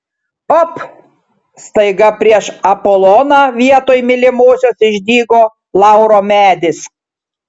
op staiga prieš apoloną vietoj mylimosios išdygo lauro medis